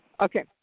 Okay